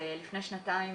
לפני שנתיים